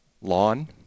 lawn